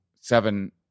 seven